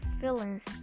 feelings